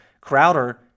Crowder